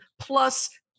Plus